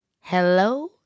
Hello